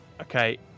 Okay